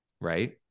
right